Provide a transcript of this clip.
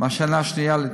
בשנה השנייה להתמחות.